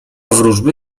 wróżby